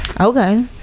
okay